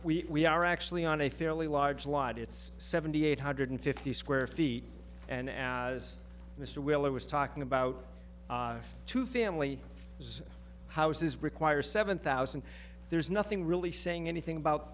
decker we are actually on a fairly large lot it's seventy eight hundred fifty square feet and as mr willard was talking about two family houses require seven thousand there's nothing really saying anything about